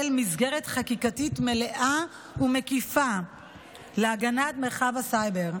מסגרת חקיקתית מלאה ומקיפה להגנת מרחב הסייבר,